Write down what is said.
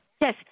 Yes